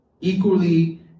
equally